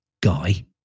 Guy